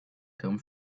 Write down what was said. come